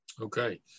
Okay